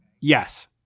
Yes